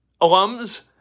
alums